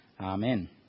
Amen